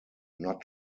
not